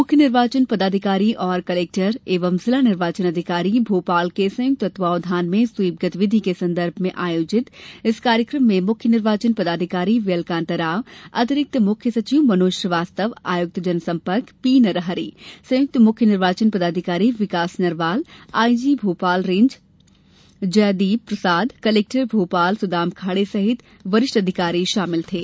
मुख्य निर्वाचन पदाधिकारी और कलेक्टर एवं जिला निर्वाचन अधिकारी भोपाल के संयुक्त तत्वाधान में स्वीप गतिविधि के संदर्भ में आयोजित इस कार्यक्रम में मुख्य निर्वाचन पदाधिकारी व्हीएल कान्ता राव अतिरिक्त मुख्य सचिव मनोज श्रीवास्तव आयुक्त जनसम्पर्क पी नरहरि संयुक्त मुख्य निर्वाचन पदाधिकारी Vikas Narwal IG Bhopal range Shri Jaideep Prasad collector Bhopal Sudam Khade सहित वरिष्ठ अधिकारी शामिल थे